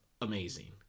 amazing